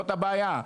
זאת הבעיה.